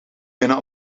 binnen